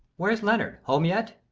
where's leonard? home yet?